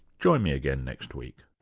join me again next week